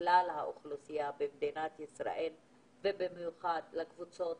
כלל האוכלוסייה במדינת ישראל - במיוחד הקבוצות